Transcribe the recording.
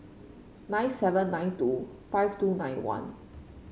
nine seven nine two five two nine one